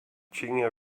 tinha